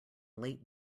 late